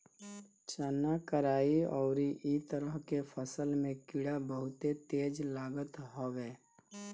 चना, कराई अउरी इ तरह के फसल में कीड़ा बहुते तेज लागत हवे